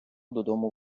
додому